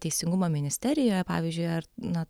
teisingumo ministerijoje pavyzdžiui ar na